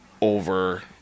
over